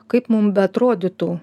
kaip mum beatrodytų